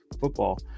football